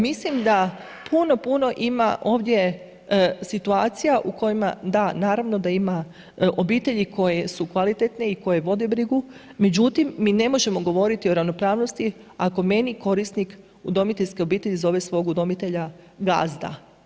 Mislim da puno, puno ima ovdje situacija u kojima, da naravno da ima obitelji koje su kvalitetne i koje vode brigu, međutim, mi ne možemo govoriti o ravnopravnosti ako meni korisnik udomiteljske obitelji zove svog udomitelja gazda.